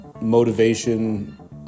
motivation